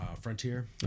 Frontier